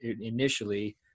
initially